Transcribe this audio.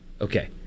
Okay